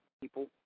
people